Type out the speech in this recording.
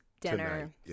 dinner